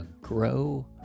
grow